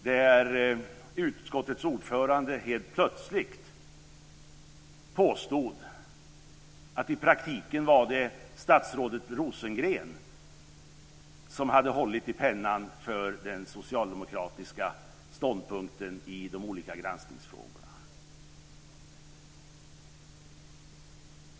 Där påstod utskottets ordförande helt plötsligt att det i praktiken var statsrådet Rosengren som hade hållit i pennan för den socialdemokratiska ståndpunkten i de olika granskningsfrågorna.